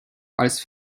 als